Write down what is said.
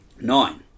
Nine